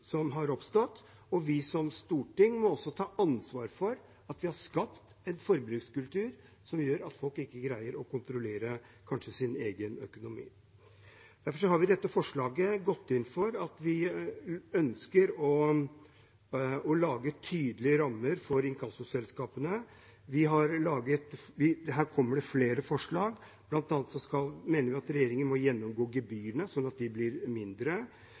og vi som storting må også ta ansvar for at vi har skapt en forbrukskultur som gjør at folk kanskje ikke greier å kontrollere sin egen økonomi. Derfor har vi i dette forslaget gått inn for at vi ønsker å lage tydelige rammer for inkassoselskapene. Her kommer det flere forslag. Blant annet mener vi at regjeringen må gjennomgå gebyrene, slik at de blir mindre.